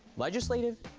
legislative,